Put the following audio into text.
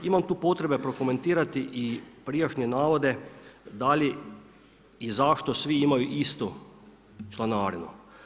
Imam tu potrebe prokomentirati i prijašnje navode da li i zašto svi imaju istu članarinu.